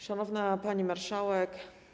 Szanowna Pani Marszałek!